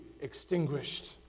extinguished